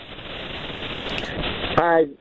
Hi